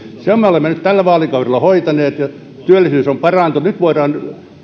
sen me olemme nyt tällä vaalikaudella hoitaneet ja työllisyys on parantunut nyt voidaan